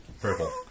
purple